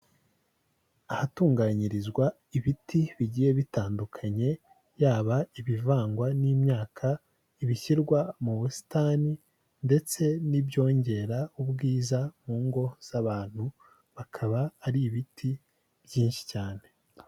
Ahatunganyirizwa ibiti bigiye bitandukanye yaba ibivangwa n'imyaka ibishyirwa mu busitani ndetse n'ibyongera ubwiza mu ngo z'abantu bakaba ari ibiti byinshi cyane.